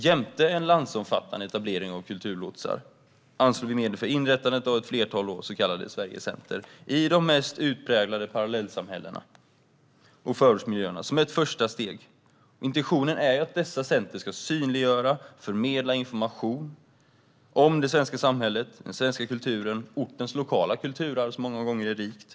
Jämte en landsomfattande etablering av kulturlotsar anslår vi medel för inrättande av ett flertal så kallade Sverigecenter i de mest utpräglade parallellsamhällena och förortsmiljöerna som ett första steg. Intentionen är att dessa center ska synliggöra och förmedla information om det svenska samhället, den svenska kulturen och ortens lokala kulturarv, som många gånger är rikt.